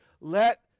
let